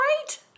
right